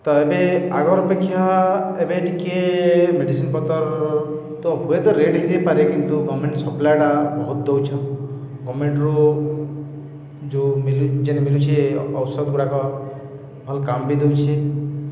ତ ଏବେ ଆଗର୍ ଅପେକ୍ଷା ଏବେ ଟିକେ ମେଡ଼ିସିନ୍ ପତର୍ ତ ହୁଏ ତ ରେଟ୍ ହେଇଥାଇପାରେ କିନ୍ତୁ ଗଭର୍ଣ୍ଣମେଣ୍ଟ୍ ସପ୍ଲାଏଟା ବହୁତ୍ ଦଉଛ ଗମେଣ୍ଟ୍ରୁ ଯୋଉ ଯେନ୍ ମିଲୁଛେ ଔଷଧ୍ଗୁଡ଼ାକ ଭଲ୍ କାମ୍ ବି ଦଉଛେ